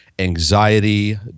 anxiety